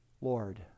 Lord